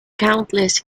countess